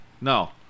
no